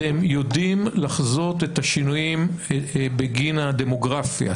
אתם יודעים לחזות את השינויים בגין הדמוגרפיה,